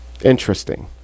Interesting